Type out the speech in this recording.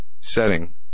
setting